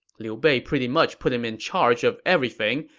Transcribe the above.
liu bei pretty much put him in charge of everything,